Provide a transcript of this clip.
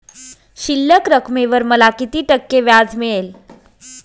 शिल्लक रकमेवर मला किती टक्के व्याज मिळेल?